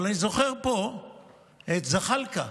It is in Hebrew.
אני זוכר פה את זחאלקה,